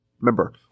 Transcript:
Remember